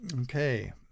Okay